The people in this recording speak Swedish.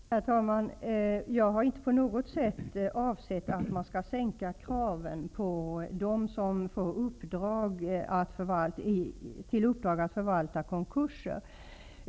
Herr talman! Jag har inte på något sätt avsett att man skall sänka kraven på dem som får i uppdrag att förvalta konkurser.